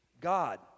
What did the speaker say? God